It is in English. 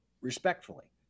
respectfully